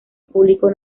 público